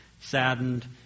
saddened